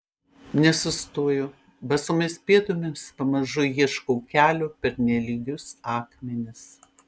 nesustoju basomis pėdomis pamažu ieškau kelio per nelygius akmenis